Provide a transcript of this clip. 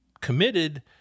committed